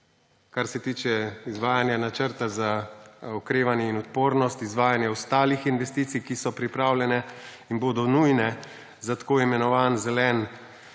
kar se tiče izvajanja Načrta za okrevanje in odpornost, izvajanja ostalih investicij, ki so pripravljene in bodo nujne za tako imenovani zeleni